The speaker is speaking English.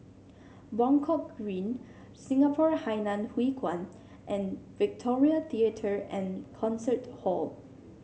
Buangkok Green Singapore Hainan Hwee Kuan and Victoria Theatre and Concert Hall